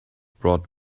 brought